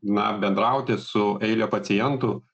na bendrauti su eile pacientų